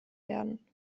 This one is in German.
werden